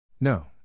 No